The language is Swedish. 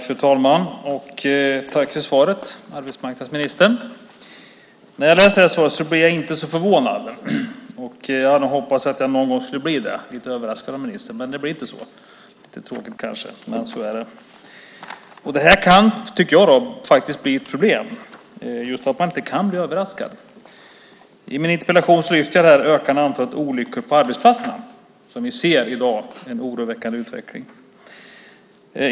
Fru talman! Tack för svaret, arbetsmarknadsministern! Svaret gör mig inte särskilt förvånad. Jag hade faktiskt hoppats att jag någon gång skulle bli åtminstone lite överraskad av ministern, men det blev inte så. Det är lite tråkigt, men så är det. Det kan faktiskt bli ett problem att man inte kan bli överraskad. I min interpellation tar jag upp det ökande antalet olyckor på arbetsplatserna. Vi ser i dag en oroväckande utveckling.